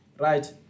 right